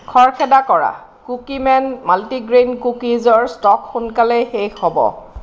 খৰখেদা কৰা Cookieman multi grain কুকিজৰ ষ্টক সোনকালেই শেষ হ'ব